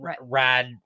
rad